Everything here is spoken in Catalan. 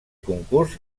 concurs